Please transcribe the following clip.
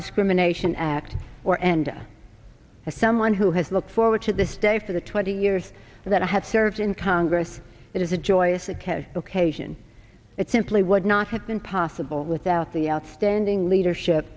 discrimination act or enda as someone who has looked forward to this day for the twenty years that i have served in congress it is a joyous occasion ok jand it simply would not have been possible without the outstanding leadership